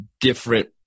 different